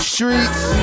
Streets